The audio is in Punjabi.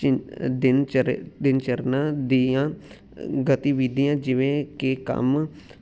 ਚਿ ਦਿਨ ਚਰ ਦਿਨ ਚਰਨਾ ਦੀਆਂ ਗਤੀਵਿਧੀਆਂ ਜਿਵੇਂ ਕਿ ਕੰਮ